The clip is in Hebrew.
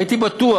הייתי בטוח,